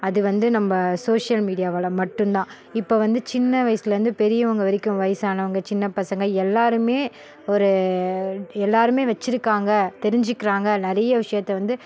அது வந்து நம்ம சோசியல் மீடியாவால் மட்டுந்தான் இப்போ வந்து சின்ன வயசுலேயிருந்து பெரியவங்க வரைக்கும் வயசானவங்க சின்ன பசங்க எல்லாருமே ஒரு எல்லாருமே வச்சிருக்காங்க தெரிஞ்சிக்கிறாங்க நிறைய விஷயத்தை வந்து